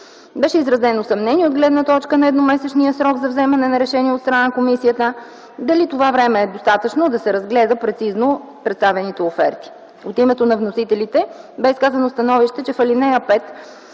Беше изразено съмнение от гледна точка на едномесечния срок за вземане на решение от страна на комисията дали това време е достатъчно да се разгледат прецизно представените оферти. От името на вносителите бе изказано становище, че в ал. 5